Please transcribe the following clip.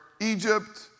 Egypt